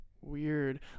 weird